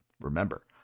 remember